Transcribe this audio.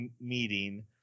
meeting